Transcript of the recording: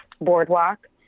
boardwalk